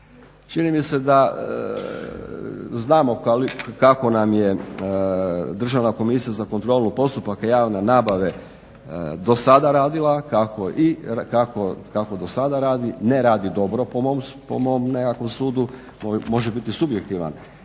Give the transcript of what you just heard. Čini mi se da znamo kako nam je Državna komisija za kontrolu postupaka javne nabave do sada radila, kako do sada radi. Ne radi dobro po mom nekakvom sudu. Može biti subjektivan